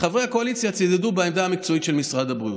וחברי הקואליציה צידדו בעמדה המקצועית של משרד הבריאות.